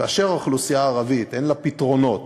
כאשר לאוכלוסייה הערבית אין פתרונות